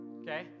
okay